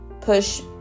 push